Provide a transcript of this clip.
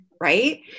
right